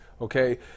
Okay